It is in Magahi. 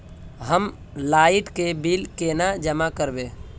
हम लाइट के बिल केना जमा करबे?